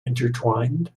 intertwined